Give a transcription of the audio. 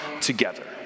together